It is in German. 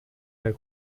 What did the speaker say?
der